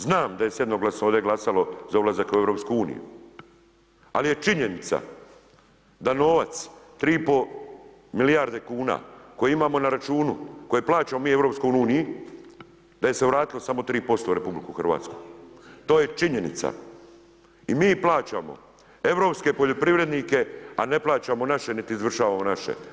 Znam da se jednoglasno ovdje glasalo za ulazak u EU, ali je činjenica da novac 3,5 milijarde kuna, koje imamo na računu, koje plaćamo mi EU, da se je vratilo samo 3% u RH, to je činjenica i mi plaćamo europske poljoprivrednike, a ne plaćamo naše, niti izvršavamo naše.